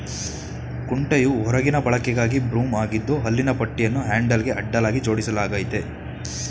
ಕುಂಟೆಯು ಹೊರಗಿನ ಬಳಕೆಗಾಗಿ ಬ್ರೂಮ್ ಆಗಿದ್ದು ಹಲ್ಲಿನ ಪಟ್ಟಿಯನ್ನು ಹ್ಯಾಂಡಲ್ಗೆ ಅಡ್ಡಲಾಗಿ ಜೋಡಿಸಲಾಗಯ್ತೆ